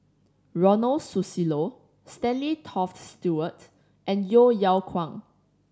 Ronald Susilo Stanley Toft Stewart and Yeo Yeow Kwang